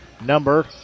number